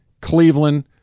Cleveland